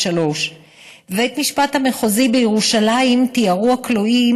03:00. בבית המשפט המחוזי בירושלים תיארו הכלואים